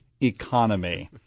economy